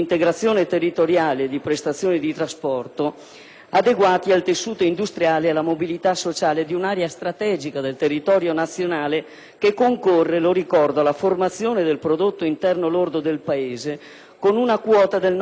adeguati al tessuto industriale e alla mobilità sociale di un'area strategica del territorio nazionale che concorre - lo ricordo - alla formazione del prodotto interno lordo del Paese con una quota del 9,4 per cento e che è seconda solo alla Lombardia.